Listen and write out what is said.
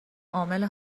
عامل